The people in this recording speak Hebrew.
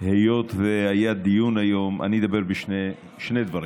היות שהיה דיון היום אני אדבר בשני דברים.